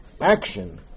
action